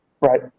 Right